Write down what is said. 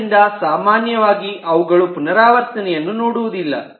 ಆದ್ದರಿಂದ ಸಾಮಾನ್ಯವಾಗಿ ಅವುಗಳು ಪುನರಾವರ್ತನೆಯನ್ನು ನೋಡುವುದಿಲ್ಲ